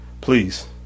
please